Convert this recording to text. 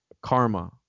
karma